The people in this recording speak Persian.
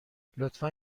لطفا